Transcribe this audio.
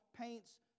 paints